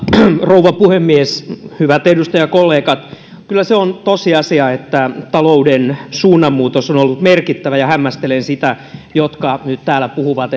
rouva puhemies hyvät edustajakollegat kyllä se on tosiasia että talouden suunnanmuutos on ollut merkittävä ja hämmästelen sitä että jotkut täällä puhuvat